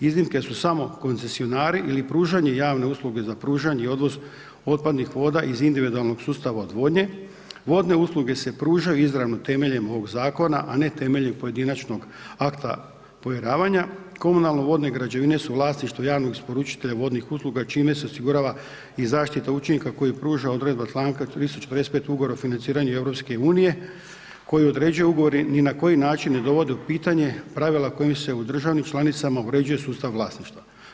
Iznimke su samo koncesionari ili pružanje javne usluge za pružanje i odvoz otpadnih voda iz individualnog sustava odvodnje, vodne usluge se pružaju izravno temeljem ovog zakona, a ne temeljem pojedinačnog akta povjeravanja komunalne vodne građevine su vlasništvo javnih isporučitelja vodnih usluga, čime se osigurava i zaštita učinka koji pruža odredba čl. 365. ugovora o financiranju EU, koji određuju ugovori, ni na koji način ne dovode u pitanje, pravila kojim se u državama članicama uređuje sustav vlasništva.